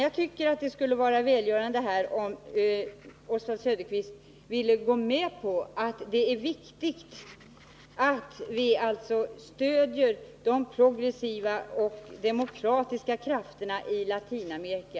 Jag tycker att det skulle vara välgörande om Oswald Söderqvist ville gå med på att det är viktigt att vi anstränger oss för att stödja de progressiva och demokratiska krafterna i Latinamerika.